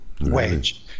wage